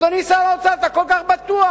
אדוני שר האוצר, אתה כל כך בטוח,